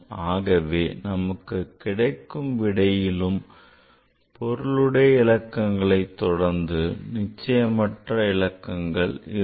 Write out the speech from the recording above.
ஆகவே நமக்கு கிடைக்கும் விடையிலும் பொருளுடைய இலக்கங்களைத் தொடர்ந்து நிச்சயமற்ற இலக்கங்கள் இருக்கும்